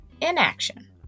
inaction